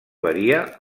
varia